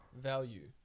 value